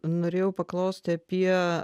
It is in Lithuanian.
norėjau paklausti apie